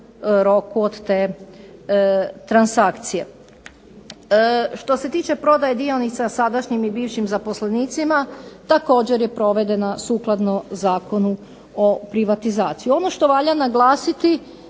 roku od te transakcije. Što se tiče prodaje dionica sadašnjim i bivšim zaposlenicima, također je provedena sukladno Zakonu o privatizaciji. Ono što valja naglasiti